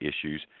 issues